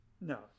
no